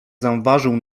zauważył